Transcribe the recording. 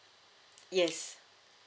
yes